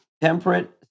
temperate